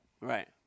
Right